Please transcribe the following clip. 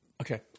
Okay